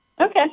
okay